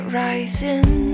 rising